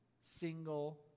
single